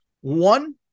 One